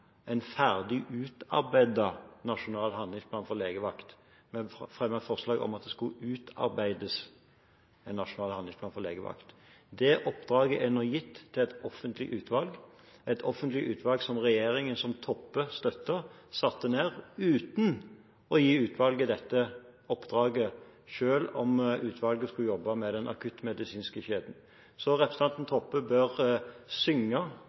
en ferdig utarbeidet nasjonal handlingsplan for legevakt. Vi fremmet forslag om at det skulle utarbeides en nasjonal handlingsplan for legevakt. Det oppdraget er nå gitt til et offentlig utvalg, et offentlig utvalg som regjeringen som Toppe støttet, satte ned uten å gi utvalget dette oppdraget, selv om utvalget skulle jobbe med den akuttmedisinske kjeden. Så representanten Toppe bør synge